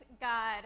God